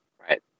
right